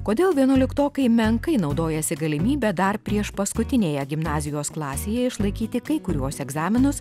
kodėl vienuoliktokai menkai naudojasi galimybe dar prieš paskutinėje gimnazijos klasėje išlaikyti kai kuriuos egzaminus